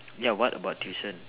ya what about tuition